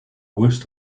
worst